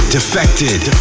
Defected